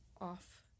off